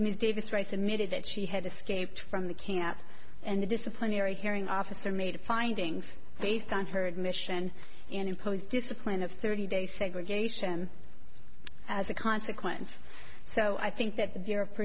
ms davis rice admitted that she had escaped from the camp and the disciplinary hearing officer made findings based on her admission and impose discipline of thirty day segregation as a consequence so i think that the